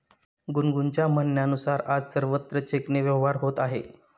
गुनगुनच्या म्हणण्यानुसार, आज सर्वत्र चेकने व्यवहार होत आहे